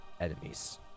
enemies